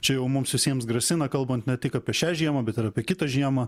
čia jau mums visiems grasina kalbant ne tik apie šią žiemą bet ir apie kitą žiemą